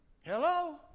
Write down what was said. Hello